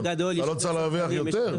אתה לא צריך להרוויח יותר?